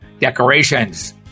decorations